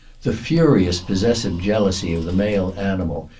the furious possessive jealousy of the male animal,